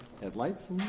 headlights